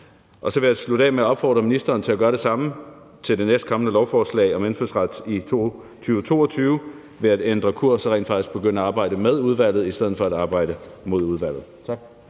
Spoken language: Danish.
på. Så vil jeg slutte af med at opfordre ministeren til at lade det samme ske i forbindelse med det næstkommende forslag om indfødsret i 2022 ved at ændre kurs og rent faktisk begynde at arbejde med udvalget i stedet for at arbejde mod udvalget. Tak.